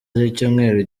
z’icyumweru